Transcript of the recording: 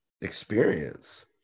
experience